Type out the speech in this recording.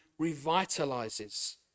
revitalizes